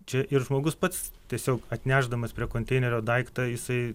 čia ir žmogus pats tiesiog atnešdamas prie konteinerio daiktą jisai